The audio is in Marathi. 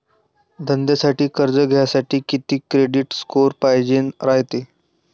धंद्यासाठी कर्ज घ्यासाठी कितीक क्रेडिट स्कोर पायजेन रायते?